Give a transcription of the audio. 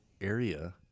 area